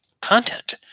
content